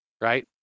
Right